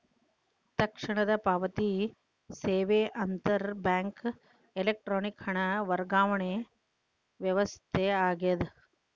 ತಕ್ಷಣದ ಪಾವತಿ ಸೇವೆ ಅಂತರ್ ಬ್ಯಾಂಕ್ ಎಲೆಕ್ಟ್ರಾನಿಕ್ ಹಣ ವರ್ಗಾವಣೆ ವ್ಯವಸ್ಥೆ ಆಗ್ಯದ